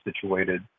situated